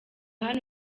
hano